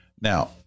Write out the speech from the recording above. Now